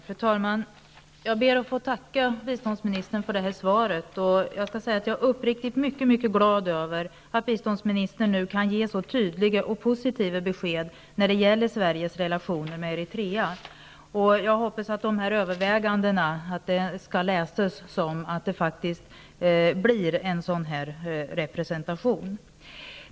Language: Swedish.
Fru talman! Jag ber att få tacka biståndsministern för svaret. Jag kan uppriktigt säga att jag är mycket, mycket glad över att biståndsministern nu kan ge så tydliga och positiva besked när det gäller Sveriges relationer till Eritrea. Jag hoppas att övervägandena skall uppfattas så, att det faktiskt blir en representation av det slag som önskas.